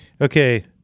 Okay